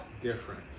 Different